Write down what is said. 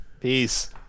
peace